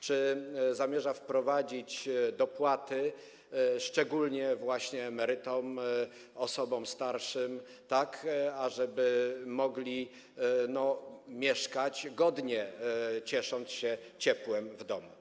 Czy zamierza wprowadzić dopłaty szczególnie właśnie dla emerytów, osób starszych, tak ażeby mogli mieszkać godnie, ciesząc się ciepłem w domu?